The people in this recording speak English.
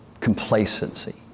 complacency